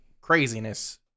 craziness